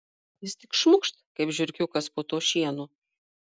jis tik šmukšt kaip žiurkiukas po tuo šienu